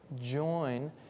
Join